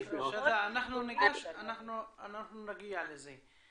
אוקיי, שדא, אנחנו נגיע לזה.